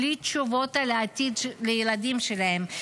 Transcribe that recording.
בלי תשובות על העתיד לילדים שלהם,